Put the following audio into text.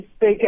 big